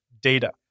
data